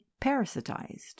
parasitized